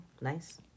nice